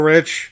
Rich